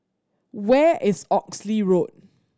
where is Oxley Road